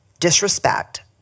Disrespect